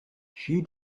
she